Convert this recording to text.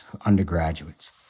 undergraduates